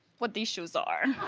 what these shows are.